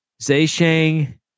Zaysheng